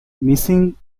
missing